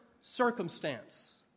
circumstance